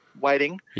waiting